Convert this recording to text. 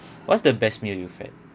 what's the best meal you've had